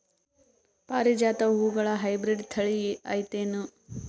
ಪಾರಿಜಾತ ಹೂವುಗಳ ಹೈಬ್ರಿಡ್ ಥಳಿ ಐತೇನು?